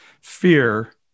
fear